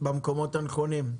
במקומות הנכונים.